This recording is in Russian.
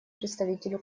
представителю